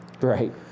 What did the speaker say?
right